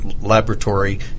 laboratory